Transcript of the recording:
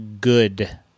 good